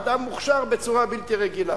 אדם מוכשר בצורה בלתי רגילה.